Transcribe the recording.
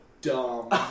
dumb